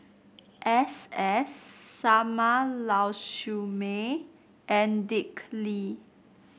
S S Sarma Lau Siew Mei and Dick Lee